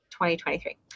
2023